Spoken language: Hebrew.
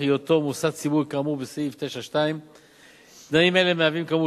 היותו מוסד ציבורי כאמור בסעיף 9(2). תנאים אלה מהווים כאמור